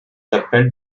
appels